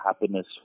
happiness